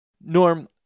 Norm